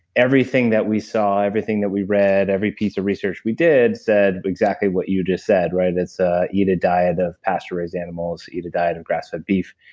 everything that we saw, everything that we read, every piece of research we did said exactly what you just said, right? it's ah eat a diet of pasture raised animals. eat a diet of grass-fed beef.